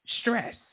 stress